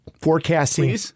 forecasting